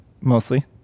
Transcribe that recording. mostly